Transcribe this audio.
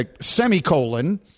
semicolon